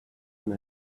and